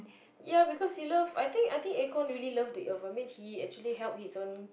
ya because he love I think I think acorn really love the environment he actually help his own